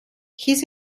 his